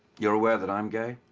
you're aware that i'm gay?